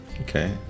Okay